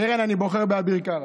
קרן, אני בוחר באביר קארה.